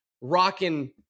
rocking